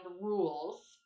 rules